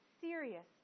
serious